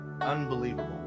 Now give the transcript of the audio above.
unbelievable